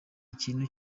ikintu